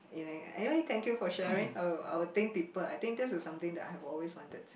anyway thank you for sharing I will I will think deeper I think this is something that I have always wanted